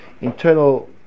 internal